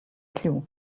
clue